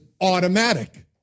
automatic